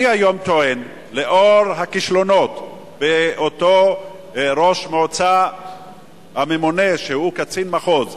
אני היום טוען לאור הכישלונות של אותו ראש מועצה הממונה שהוא קצין מחוז,